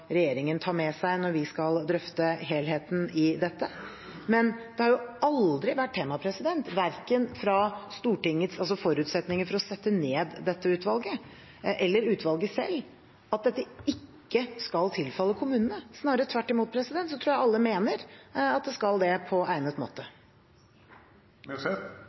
regjeringen ta med seg når vi skal drøfte helheten i dette. Men det har aldri vært tema, verken når det gjelder Stortingets forutsetninger for å sette ned dette utvalget eller utvalget selv, at dette ikke skal tilfalle kommunene. Snarere tvert imot tror jeg alle mener at det skal det på egnet måte.